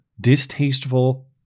distasteful